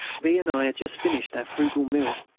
b. and i had just finished our frugal meal.